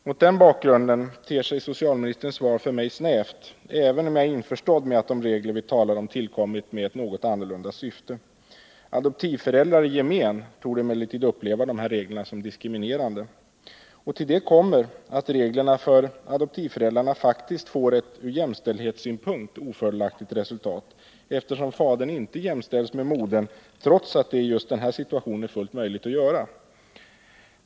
Mot denna bakgrund ter sig socialministerns svar för mig snävt, även om jag är införstådd med att de regler vi talar om tillkommit med ett något annorlunda syfte. Adoptivföräldrar i gemen torde emellertid uppleva reglerna som diskriminerande. Till detta kommer att reglerna för adoptivföräldrarna faktiskt får ett ur jämställdhetssynpunkt ofördelaktigt resultat, eftersom fadern inte jämställs med modern, trots att detta i just denna situation är fullt möjligt att göra.